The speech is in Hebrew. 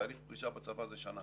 תהליך פרישה בצבא זה שנה